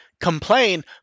complain